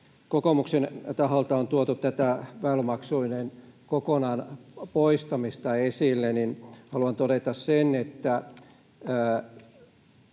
kokoomuksen taholta on tuotu tätä väylämaksujen kokonaan poistamista esille, niin haluan todeta sen, että